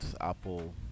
apple